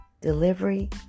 delivery